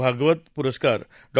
भागवत पुरस्कार डॉ